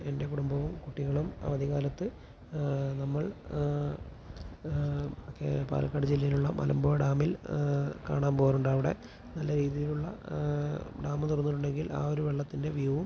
എൻ്റെ കുടുംബവും കുട്ടികളും അവധിക്കാലത്ത് നമ്മൾ പാലക്കാട് ജില്ലയിലുള്ള മലമ്പുഴ ഡാമിൽ കാണാൻ പോവാറുണ്ട് അവിടെ നല്ല രീതിയിലുള്ള ഡാം തുറന്നിട്ടുണ്ടെങ്കിൽ ആ ഒരു വെള്ളത്തിൻ്റെ വ്യൂവും